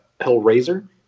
Hellraiser